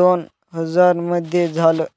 दोन हजार मध्ये झालं